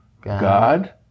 God